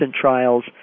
trials